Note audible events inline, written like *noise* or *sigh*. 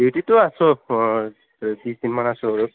*unintelligible*